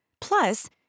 Plus